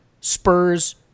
spurs